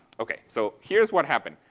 okay. so here's what happened.